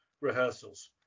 rehearsals